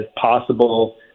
possible